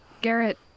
Garrett